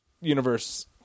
Universe